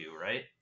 right